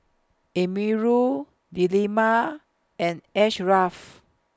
Amirul Delima and Ashraff